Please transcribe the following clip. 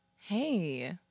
Hey